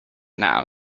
now